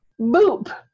Boop